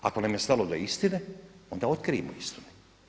Ako nam je stalo do istine, onda otkrijmo istine.